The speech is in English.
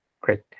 Great